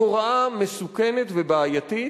היא הוראה מסוכנת ובעייתית,